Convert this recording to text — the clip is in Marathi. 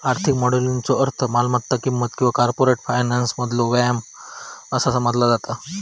आर्थिक मॉडेलिंगचो अर्थ मालमत्ता किंमत किंवा कॉर्पोरेट फायनान्समधलो व्यायाम असा समजला जाता